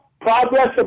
progress